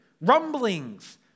rumblings